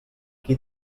qui